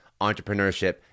entrepreneurship